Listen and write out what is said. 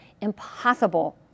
Impossible